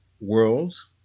worlds